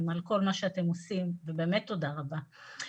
על כל מה שאתם עושים ובאמת תודה רבה.